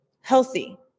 healthy